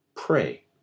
Pray